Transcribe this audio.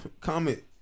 Comment